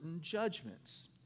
judgments